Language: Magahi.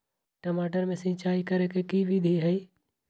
टमाटर में सिचाई करे के की विधि हई?